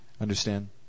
Understand